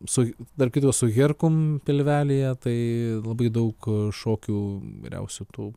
su dar kitos su herkum pilvelyje tai labai daug šokių įvairiausių tų